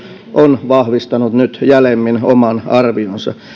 on vahvistanut nyt jäljemmin oman arvionsa